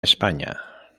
españa